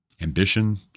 ambition